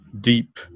deep